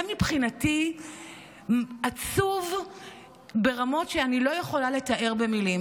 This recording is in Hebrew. זה מבחינתי עצוב ברמות שאני לא יכול לתאר במילים.